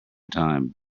time